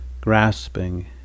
grasping